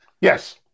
Yes